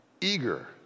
eager